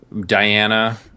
Diana